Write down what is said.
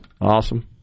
awesome